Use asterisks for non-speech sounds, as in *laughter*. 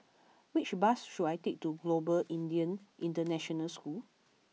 *noise* which bus should I take to Global Indian International School